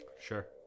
Sure